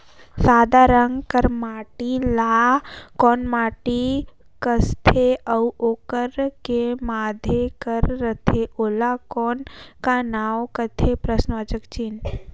सादा रंग कर माटी ला कौन माटी सकथे अउ ओकर के माधे कर रथे ओला कौन का नाव काथे?